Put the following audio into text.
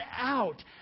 out